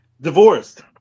Divorced